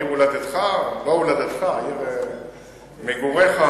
עיר מגוריך,